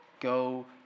Go